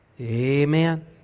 Amen